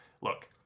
look